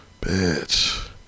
Bitch